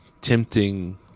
tempting